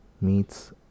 meets